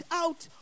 out